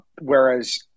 Whereas